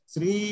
Sri